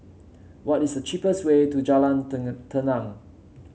what is the cheapest way to Jalan Tenang